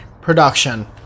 production